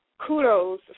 kudos